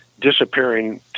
disappearing